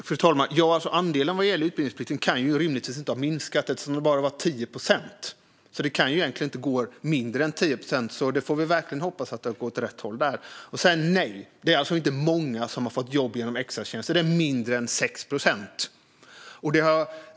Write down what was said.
Fru talman! Andelen i utbildningsplikten kan rimligtvis inte ha minskat eftersom den bara var 10 procent. Det kan egentligen inte gå under 10 procent, så vi får verkligen hoppas att det går åt rätt håll där. Och nej, det är inte många som har fått jobb genom extratjänsterna, utan det är mindre än 6 procent.